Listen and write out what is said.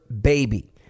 baby